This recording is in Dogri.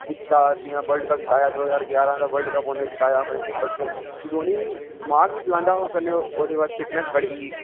जियां बल्डकप जिताया दो ज्हार ग्यारां दा बल्डकप उनें जिताया धोना गी दिमाग बी चलांदा हा कन्नै कन्नै ओहदे कश फिटनस बड़ी ही